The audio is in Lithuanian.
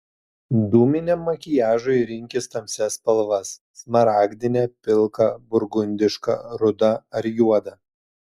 dūminiam makiažui rinkis tamsias spalvas smaragdinę pilką burgundišką rudą ar juodą